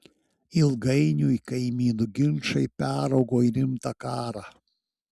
ilgainiui kaimynų ginčai peraugo į rimtą karą